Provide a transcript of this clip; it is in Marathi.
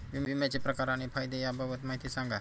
विम्याचे प्रकार आणि फायदे याबाबत माहिती सांगा